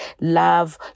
love